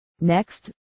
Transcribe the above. Next